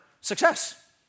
success